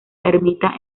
ermita